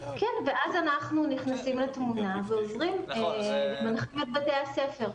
כן, ואז אנחנו נכנסים לתמונה ומנחים את בתי הספר.